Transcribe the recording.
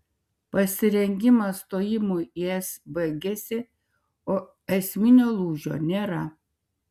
pasirengimas stojimui į es baigėsi o esminio lūžio nėra